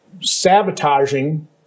sabotaging